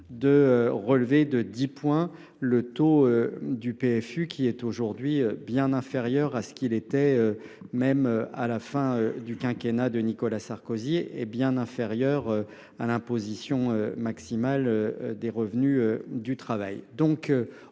de relever de 10 points le taux du PFU. Celui ci est aujourd’hui bien inférieur à ce qu’il était à la fin du quinquennat de Nicolas Sarkozy et au taux d’imposition maximal des revenus du travail.